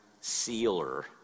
sealer